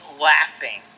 laughing